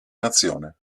nazione